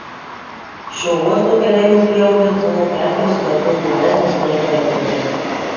šio uosto keleivių prieaugis buvo keturis kartus didesnis nei klaipėdoje